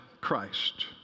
Christ